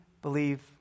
Believe